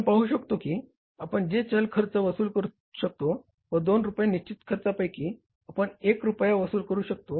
आपण पाहू शकतो की आपण जे चल खर्च वसूल करू शकतो व 2 रुपये निश्चित खर्चापैकी आपण 1 रुपया वसूल करू शकतो